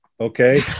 okay